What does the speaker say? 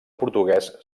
portuguès